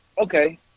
Okay